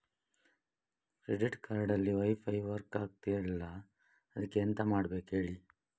credit card ಅಲ್ಲಿ wifi work ಆಗ್ತಿಲ್ಲ ಅದ್ಕೆ ಎಂತ ಮಾಡಬೇಕು ಹೇಳಿ